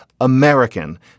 American